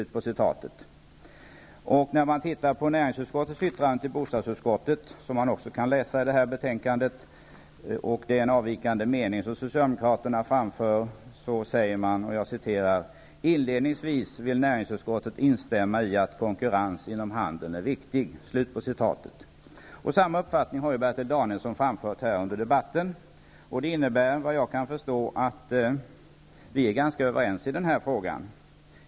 Till bostadsutskottets betänkande har fogats ett yttrande från näringsutskottet, där socialdemokraterna i en avvikande mening framhåller följande: ''Inledningsvis vill näringsutskottet instämma i att konkurrens inom handeln är viktig.'' Samma uppfattning har ju Bertil Danielsson framfört under den här debatten. Det innebär såvitt jag kan förstå att vi är ganska överens i denna fråga.